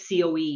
COE